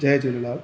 Jay Jhulelal